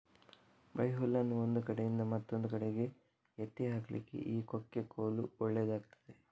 ಬೈಹುಲ್ಲನ್ನು ಒಂದು ಕಡೆಯಿಂದ ಮತ್ತೊಂದು ಕಡೆಗೆ ಎತ್ತಿ ಹಾಕ್ಲಿಕ್ಕೆ ಈ ಕೊಕ್ಕೆ ಕೋಲು ಒಳ್ಳೇದಾಗ್ತದೆ